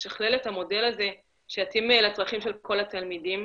לשכלל את המודל הזה שיתאים לצרכים של כל התלמידים.